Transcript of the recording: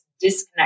disconnect